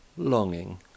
longing